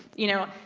you know,